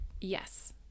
yes